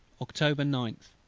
october ninth.